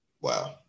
wow